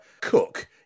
Cook